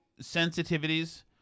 sensitivities